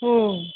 हो